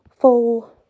full